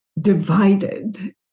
divided